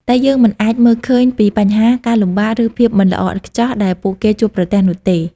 តែយើងមិនអាចមើលឃើញពីបញ្ហា ការលំបាក ឬភាពមិនល្អឥតខ្ចោះដែលពួកគេជួបប្រទះនោះទេ។